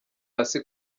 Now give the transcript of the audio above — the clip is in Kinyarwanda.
hasi